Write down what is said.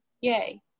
Yay